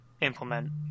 implement